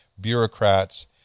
bureaucrats